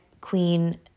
Queen